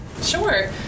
Sure